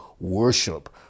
worship